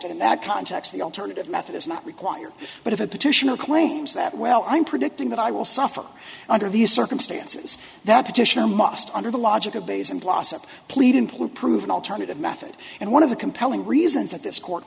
exact in that context the alternative method is not required but if a petition of claims that well i'm predicting that i will suffer under these circumstances that petition i must under the logic of bays and blossom plead employ proven alternative methods and one of the compelling reasons that this court